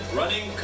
running